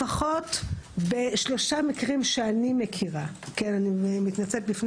לפחות בשלושה מקרים שאני מכירה אני מתנצלת בפני